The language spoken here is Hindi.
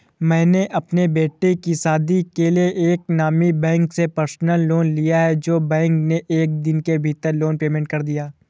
मैंने अपने बेटे की शादी के लिए एक नामी बैंक से पर्सनल लोन लिया है जो बैंक ने एक दिन के भीतर लोन पेमेंट कर दिया